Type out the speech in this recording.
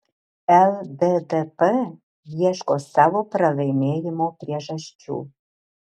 lddp ieško savo pralaimėjimo priežasčių